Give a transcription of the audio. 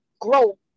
grow